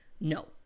No